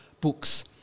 books